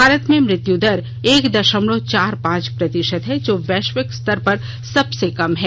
भारत में मृत्युदर एक दशमलव चार पांच प्रतिशत है जो वैश्विक स्तर पर सबसे कम है